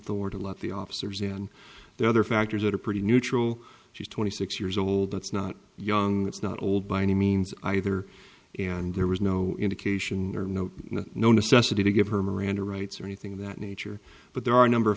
door to let the officers in the other factors that are pretty neutral she's twenty six years old that's not young that's not old by any means either and there was no indication or no no necessity to give her miranda rights or anything of that nature but there are a number of